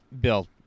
Bill